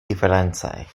diferencaj